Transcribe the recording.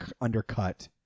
undercut